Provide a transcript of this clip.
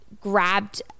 grabbed